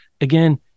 again